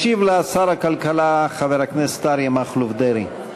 ישיב לה שר הכלכלה חבר הכנסת אריה מכלוף דרעי.